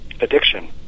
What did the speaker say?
addiction